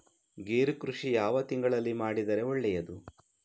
ಗೇರು ಕೃಷಿ ಯಾವ ತಿಂಗಳಲ್ಲಿ ಮಾಡಿದರೆ ಒಳ್ಳೆಯದು?